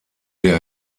der